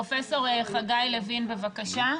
פרופ' חגי לוין, בבקשה.